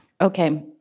Okay